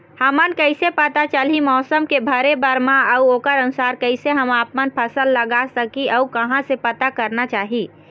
हमन कैसे पता चलही मौसम के भरे बर मा अउ ओकर अनुसार कैसे हम आपमन फसल लगा सकही अउ कहां से पता करना चाही?